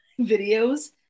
videos